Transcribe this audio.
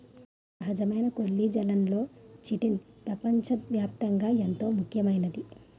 సహజమైన కొల్లిజన్లలో చిటిన్ పెపంచ వ్యాప్తంగా ఎంతో ముఖ్యమైంది